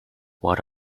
what